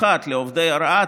מיוחד לעובדי הוראה,